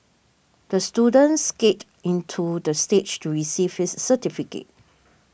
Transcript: the student skated into the stage to receive his certificate